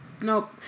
Nope